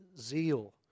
zeal